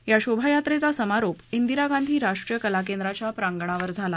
या शोभा यात्रेचा समारोप प्दिरा गांधी राष्ट्रीय कला केंद्राच्या प्रांगणावर झाला